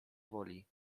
woli